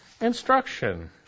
instruction